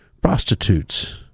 prostitutes